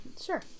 Sure